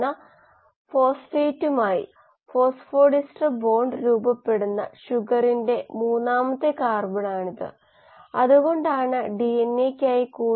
ഇത് ഒരു ഇളക്കിയ റിയാക്ടറാണെങ്കിൽ ഒരു പ്രശ്നവുമില്ല അതേസമയം ബബിൾ കോളം ആണെങ്കിൽ തടസ്സങ്ങൾ ഉണ്ടാകാം ഇത് ഇവ രണ്ടും തമ്മിലുള്ള വ്യത്യാസത്തിലേക്ക് നയിക്കുന്നു